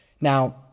Now